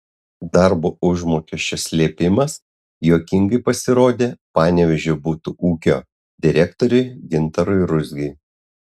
darbo užmokesčio slėpimas juokingai pasirodė panevėžio butų ūkio direktoriui gintarui ruzgiui